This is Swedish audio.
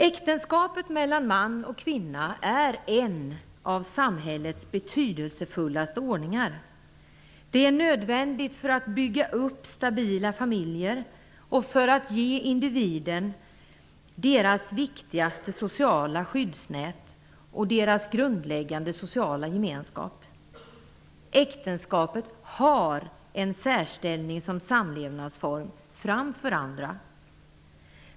Äktenskapet mellan man och kvinna är en av samhällets mest betydelsefulla ordningar. Det är nödvändigt för att bygga upp stabila familjer och för att ge individer deras viktigaste sociala skyddsnät och grundläggande sociala gemenskap. Äktenskapet har en särställning som samlevnadsform framför andra.